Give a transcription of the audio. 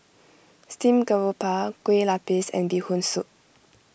Steamed Garoupa Kueh Lapis and Bee Hoon Soup